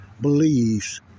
believes